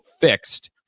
fixed